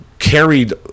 carried